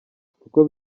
uko